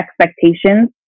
expectations